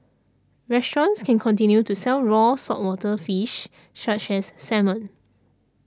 restaurants can continue to sell raw saltwater fish such as salmon